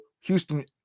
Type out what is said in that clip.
houston